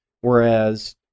Whereas